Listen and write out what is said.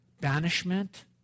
banishment